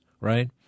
right